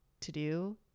to-do